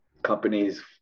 Companies